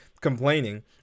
complaining